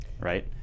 Right